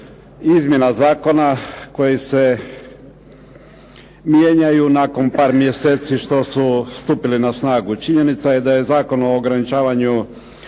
izmjena zakona koji se mijenjaju nakon par mjeseci što su stupili na snagu. Činjenica je da je Zakon o ograničavanju